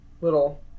little